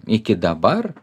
iki dabar